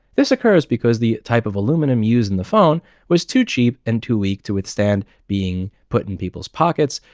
this occurs because the type of aluminum used in the phone was too cheap and too weak to withstand being put in people's pockets,